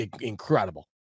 incredible